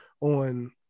on